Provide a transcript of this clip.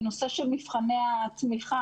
בנושא של מבחני התמיכה,